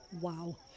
Wow